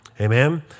Amen